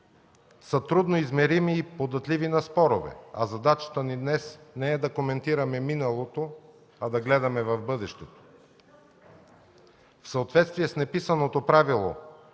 са трудно измерими и податливи на спорове, а задачата ни днес не е да коментираме миналото, а да гледаме в бъдещето. В съответствие с неписаното правило,